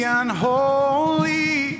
unholy